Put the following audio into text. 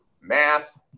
math